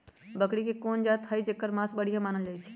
बकरी के कोन जात हई जेकर मास बढ़िया मानल जाई छई?